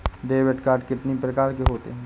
Debit card कितनी प्रकार के होते हैं?